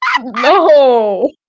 No